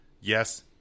yes